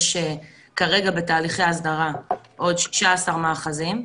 יש כרגע בתהליכי ההסדרה עוד 16 מאחזים,